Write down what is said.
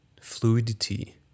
fluidity